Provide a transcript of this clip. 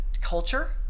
culture